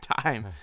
time